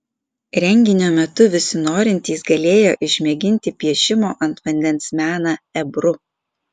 renginio metu visi norintys galėjo išmėginti piešimo ant vandens meną ebru